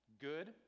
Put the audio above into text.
good